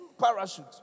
parachute